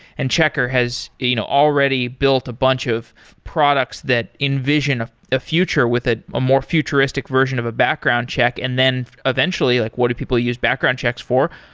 and checkr has you know already built a bunch of products that envision a future with a a more futuristic version of a background check, and then eventually like what do people use background checks for?